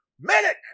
Minute